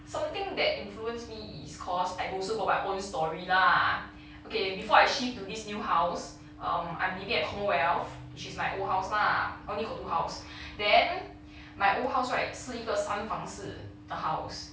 something that influence me is cause I also got my own story lah okay before I shift to this new house um I'm living at commonwealth which is my old house lah only got two house then my old house right 是一个三房式的 house